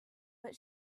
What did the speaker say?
but